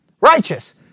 Righteous